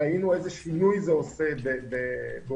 ראינו איזה שינוי זה עושה באוכלוסיות